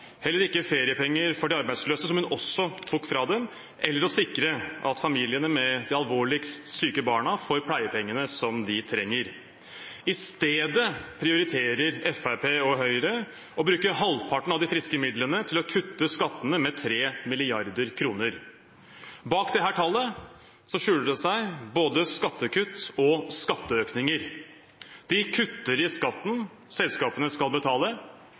heller ikke å gjeninnføre feriepenger for de arbeidsløse, som hun tok også fra dem, eller å sikre at familiene med de alvorligst syke barna får pleiepengene som de trenger. I stedet prioriterer Fremskrittspartiet og Høyre å bruke halvparten av de friske midlene til å kutte skattene med 3 mrd. kr. Bak dette tallet skjuler det seg både skattekutt og skatteøkninger. De kutter i skatten selskapene skal betale,